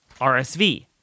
RSV